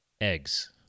Eggs